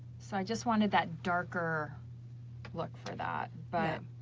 so i just wanted that darker look for that but